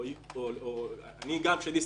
אני לא בקי בזה.